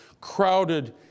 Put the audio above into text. crowded